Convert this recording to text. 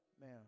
man